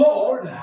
Lord